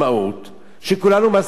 גם חברי הכנסת הערבים,